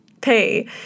pay